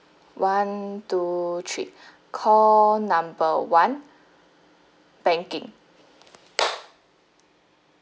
one two three call number one banking